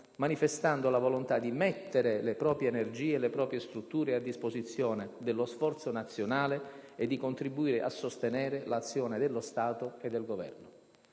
manifestando la volontà di mettere le proprie energie e le proprie strutture a disposizione dello sforzo nazionale e di contribuire a sostenere l'azione dello Stato e del Governo.